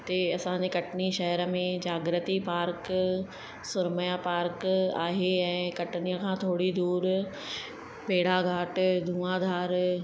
हिते असांजे कटनी शहर में जागृती पार्क सुरम्य पार्क आहे ऐं कटनीअ खां थोरी दूरि अहिड़ा घाट धुआ धार